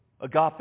Agape